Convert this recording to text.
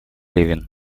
левин